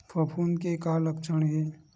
फफूंद के का लक्षण हे?